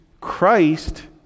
Christ